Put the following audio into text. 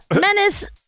Menace